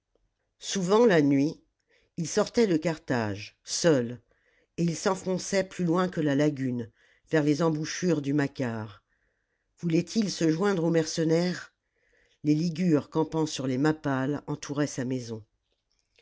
souvent la nuit il sortait de carthage seul et il s'enfonçait plus loin que la lagune vers les embouchures du macar voulait-il se joindre aux mercenaires les ligures campant sur les mappales entouraient sa maison